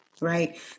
right